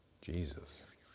Jesus